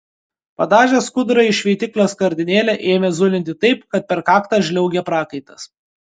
padažęs skudurą į šveitiklio skardinėlę ėmė zulinti taip kad per kaktą žliaugė prakaitas